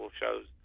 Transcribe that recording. shows